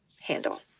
handle